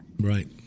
Right